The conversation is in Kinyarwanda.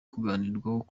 kuganirwaho